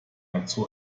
dazu